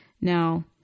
Now